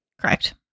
correct